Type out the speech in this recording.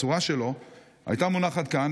הצורה שלו הייתה מונחת כאן,